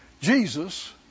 Jesus